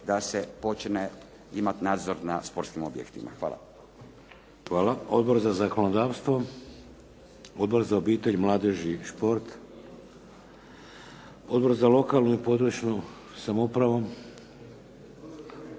da se počne imati nadzor nad sportskim objektima. Hvala. **Šeks, Vladimir (HDZ)** Hvala. Odbor za zakonodavstvo? Odbor za obitelj, mladež i šport? Odbor za lokalnu i područnu samoupravu?